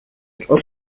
little